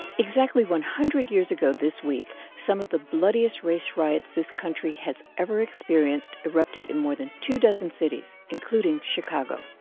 exactly one hundred years ago this week, some of the bloodiest race riots this country has ever experienced erupted in more than two dozen cities, including chicago.